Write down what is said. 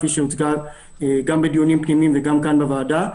כפי שהוצגה גם בדיונים פנימיים וגם כאן בוועדה,